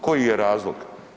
Koji je razlog?